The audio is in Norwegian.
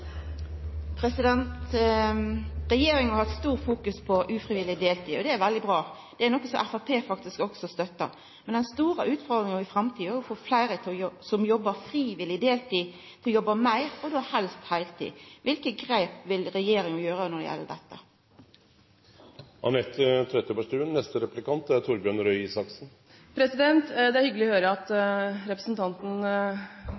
replikkordskifte. Regjeringa har hatt stort fokus på ufrivillig deltid, og det er veldig bra. Det er noko Framstegspartiet faktisk også støttar. Men den store utfordringa i framtida er å få fleire som jobbar frivillig deltid, til å jobba meir, og då helst heiltid. Kva for grep vil regjeringa ta når det gjeld dette? Det er hyggelig å høre at